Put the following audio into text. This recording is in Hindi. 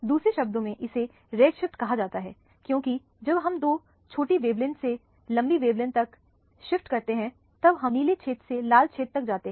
दूसरे शब्दों में इसे रेड शिफ्ट कहा जाता है क्योंकि जब हम दो छोटी वेवलेंथ से लंबी वेवलेंथ तक शिफ्ट करते हैं तब हम नीले क्षेत्र से लाल क्षेत्र तक जाते हैं